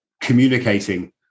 communicating